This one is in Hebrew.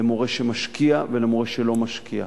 למורה שמשקיע ולמורה שלא משקיע.